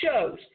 shows